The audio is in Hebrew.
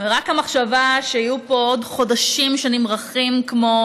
רק המחשבה שיהיו פה עוד חודשים שנמתחים כמו